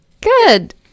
Good